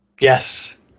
Yes